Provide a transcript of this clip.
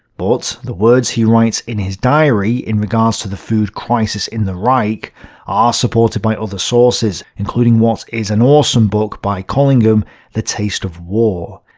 but the words he writes in his diary in regards to the food crisis in the reich are supported by other sources including what is an awesome book by collingham the taste of war.